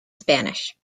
spanish